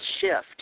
shift